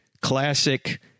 classic